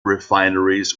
refineries